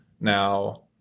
Now